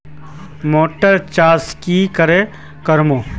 Motor चास की करे करूम?